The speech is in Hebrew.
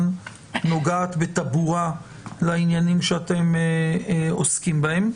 נוגעת בטבורה לעניינים שאתם עוסקים בהם.